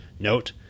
Note